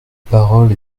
parole